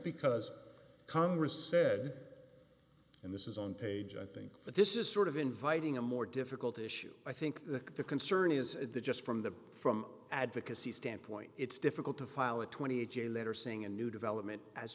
because congress said and this is on page i think that this is sort of inviting a more difficult issue i think the concern is that just from the from advocacy standpoint it's difficult to file a twenty a j letter saying a new development as